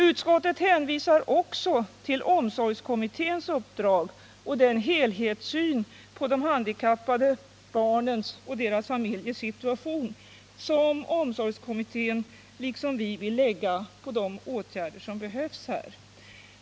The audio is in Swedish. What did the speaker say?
Utskottet hänvisar också till omsorgskommitténs uppdrag och den helhetssyn på de handikappade barnens och deras familjers situation som omsorgskommittén liksom vi vill lägga på de åtgärder som behövs.